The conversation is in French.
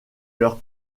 leur